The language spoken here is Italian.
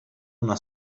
una